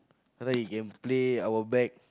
after that he can play our bag